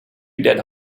dead